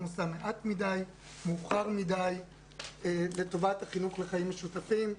עושה מעט מדי ומאוחר מדי לטובת החינוך לחיים משותפים.